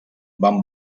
van